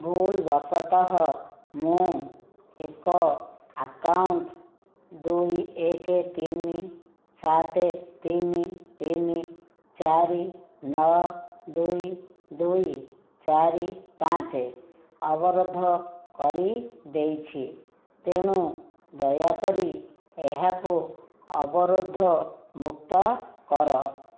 ଭୁଲ ବଶତଃ ମୁଁ ଏକ ଆକାଉଣ୍ଟ ଦୁଇ ଏକ ତିନି ସାତ ତିନି ତିନି ଚାରି ନଅ ଦୁଇ ଦୁଇ ଚାରି ପାଞ୍ଚ ଅବରୋଧ କରିଦେଇଛି ତେଣୁ ଦୟାକରି ଏହାକୁ ଅବରୋଧମୁକ୍ତ କର